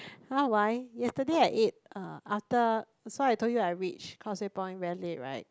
!huh! why yesterday I ate uh after so I told you I reached Causeway-Point very late right